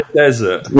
desert